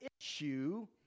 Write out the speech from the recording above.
issue